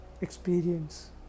experience